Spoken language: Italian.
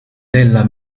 della